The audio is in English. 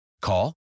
Call